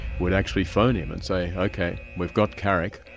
would actually phone him and say, ok, we've got carrick,